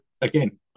again